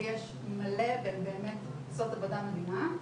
ויש הרבה והן באמת עושות עבודה מדהימה,